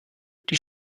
die